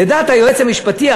לדעת היועץ המשפטי,